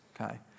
okay